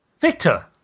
Victor